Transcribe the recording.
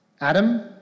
Adam